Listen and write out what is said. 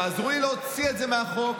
תעזרו לי להוציא את זה מהחוק.